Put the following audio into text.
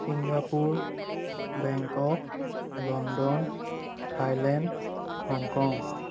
Singapore Bangkok London Thailand Hong Kong